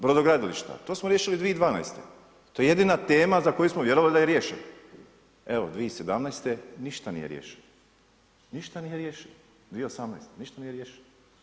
Brodogradilišta, to smo riješili 2012., to je jedina tema za koju smo vjerovali da je riješeno, evo 2017. ništa nije riješeno, ništa nije riješeno 2018., ništa nije riješeno.